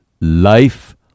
life